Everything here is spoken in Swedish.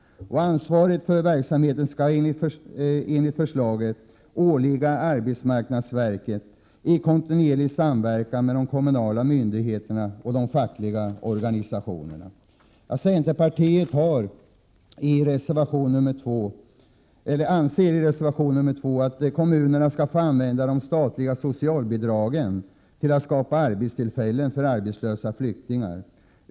Ansvaret för verksamheten skall enligt förslaget åvila arbetsmarknadsverket i samverkan med de kommunala myndigheterna och de fackliga organisationerna. Centerpartiet anser i reservation nr 2 att kommunerna skall få använda de statliga socialbidragen till att skapa arbetstillfällen för arbetslösa flyktingar.